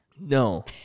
no